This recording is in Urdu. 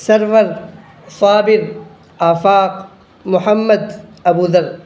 سرور صابر آفاق محمد ابوذر